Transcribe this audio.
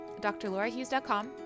drlaurahughes.com